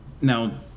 now